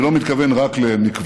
אני לא מתכוון רק למקוואות